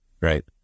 right